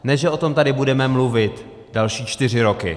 Ne že o tom tady budeme mluvit další čtyři roky.